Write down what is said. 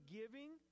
giving